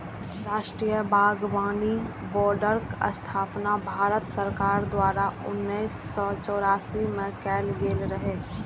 राष्ट्रीय बागबानी बोर्डक स्थापना भारत सरकार द्वारा उन्नैस सय चौरासी मे कैल गेल रहै